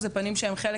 פנים שהם חלק,